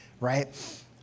right